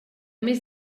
més